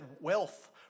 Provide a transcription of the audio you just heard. wealth